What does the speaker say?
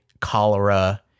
cholera